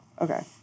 Okay